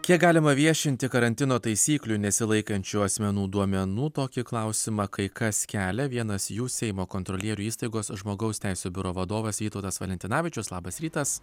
kiek galima viešinti karantino taisyklių nesilaikančių asmenų duomenų tokį klausimą kai kas kelia vienas jų seimo kontrolierių įstaigos žmogaus teisių biuro vadovas vytautas valentinavičius labas rytas